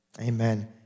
Amen